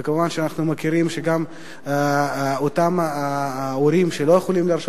וכמובן שאנחנו מכירים שגם אותם ההורים שלא יכולים להרשות